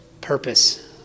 purpose